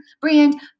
brand